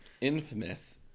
infamous